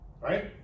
right